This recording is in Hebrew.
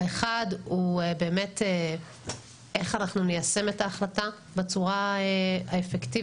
האחד הוא באמת איך אנחנו ניישם את ההחלטה בצורה האפקטיבית,